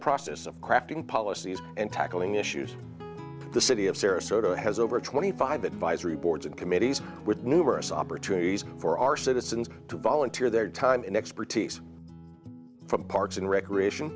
process of crafting policies and tackling issues the city of sarasota has over twenty five advisory boards and committees with numerous opportunities for our citizens to volunteer their time and expertise from parks and recreation